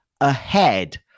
ahead